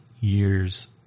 years